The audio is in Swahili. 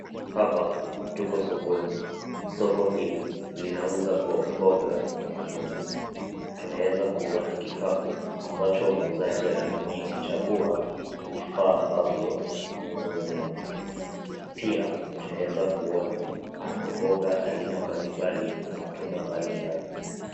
Hapa tuko sokoni, soko hili linauza mboga na matunda. Tunaeza kuona kikapu ambacho muuzaji anatumia kuchagua vifaa ambavyo mnunuzi ananunua. Pia, tunaweza kuona ana mboga aina mbalimbali na matunda mbalimbali.